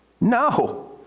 No